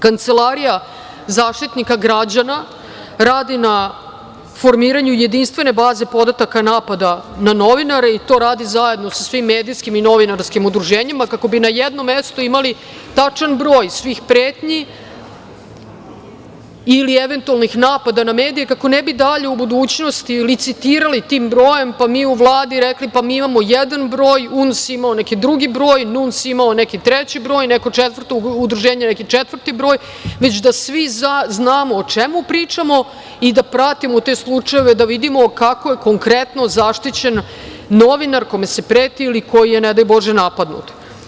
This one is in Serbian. Kancelarija Zaštitnika građana radi na formiranju jedinstvene baze podataka napada na novinare i to radi zajedno sa svim medijskih i novinarskim udruženjima kako bi na jednom mestu imali tačan broj svih pretnji ili eventualnih napada na medije, kako ne bi dalje u budućnosti licitirali tim brojem, pa mi u Vladi rekli – pa mi imamo jedan broj, unosimo neki drugi broj, NUNS ima neki treći broj, neko četvrto udruženje neki četvrti broj, već da svi znamo o čemu pričamo i da pratimo te slučajeve, da vidimo kako je konkretno zaštićen novinar kome se preti ili koji je, ne daj Bože, napadnut.